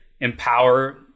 empower